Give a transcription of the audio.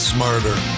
Smarter